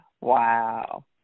Wow